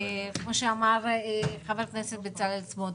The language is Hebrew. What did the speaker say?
כמו אמר חבר הכנסת בצלאל סמוטריץ',